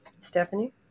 Stephanie